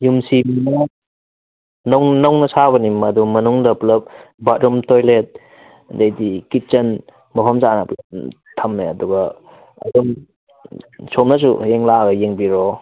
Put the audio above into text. ꯌꯨꯝꯁꯤ ꯅꯧꯕ ꯁꯥꯕꯅꯤ ꯃꯗꯨ ꯃꯅꯨꯡꯗ ꯄꯨꯂꯞ ꯕꯥꯠꯔꯨꯝ ꯇꯣꯏꯂꯦꯠ ꯑꯗꯩꯗꯤ ꯀꯤꯆꯟ ꯃꯐꯝ ꯆꯥꯅ ꯑꯗꯨꯝ ꯊꯝꯃꯦ ꯑꯗꯨꯒ ꯑꯗꯨꯝ ꯁꯣꯝꯅꯁꯨ ꯍꯌꯦꯡ ꯂꯥꯛꯑꯒ ꯌꯦꯡꯕꯤꯔꯣ